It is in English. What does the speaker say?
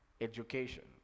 education